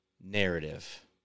narrative